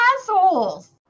assholes